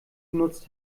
genutzt